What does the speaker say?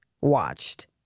watched